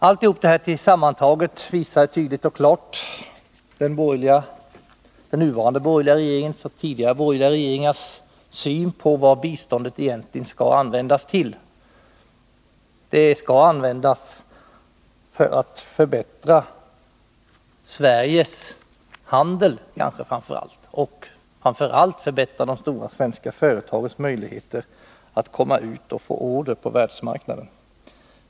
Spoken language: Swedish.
Allt detta sammantaget visar tydligt och klart den nuvarande borgerliga regeringens och tidigare borgerliga regeringars syn på vad u-landsbistånd egentligen skall användas till. Det skall tydligen användas till att förbättra Sveriges handel och framför allt till att förbättra de stora svenska företagens möjligheter att få order på världsmarknaden.